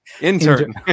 intern